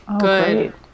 Good